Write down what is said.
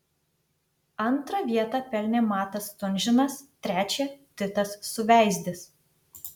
antrą vietą pelnė matas stunžinas trečią titas suveizdis